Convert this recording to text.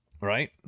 right